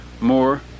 more